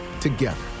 together